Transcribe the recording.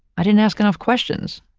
i didn't ask enough questions.